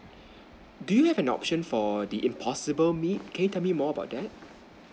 do you have an option for the impossible meat can you tell me more about that